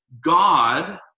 God